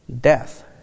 death